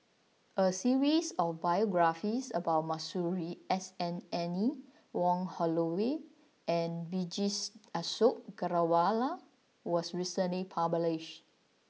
a series of biographies about Masuri S N Anne Wong Holloway and Vijesh Ashok Ghariwala was recently published